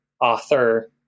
author